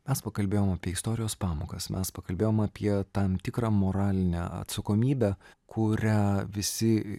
mes pakalbėjom apie istorijos pamokas mes pakalbėjom apie tam tikrą moralinę atsakomybę kurią visi